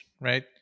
right